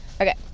Okay